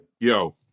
Yo